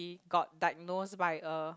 got diagnosed by a